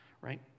right